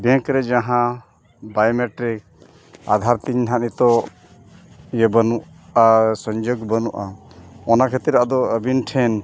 bank ᱨᱮ ᱡᱟᱦᱟᱸ biometric Aadhaar ᱛᱤᱧ ᱦᱟᱜ ᱱᱤᱛᱚᱜ ᱤᱭᱟᱹ ᱵᱟᱹᱱᱩᱜᱼᱟ ᱥᱚᱝᱡᱳᱜᱽ ᱵᱟᱹᱱᱩᱜᱼᱟ ᱚᱱᱟ ᱠᱷᱟᱹᱛᱤᱨ ᱟᱫᱚ ᱟᱹᱵᱤᱱ ᱴᱷᱮᱱ